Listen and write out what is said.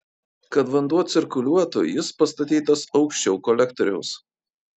kad vanduo cirkuliuotų jis pastatytas aukščiau kolektoriaus